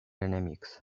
enemics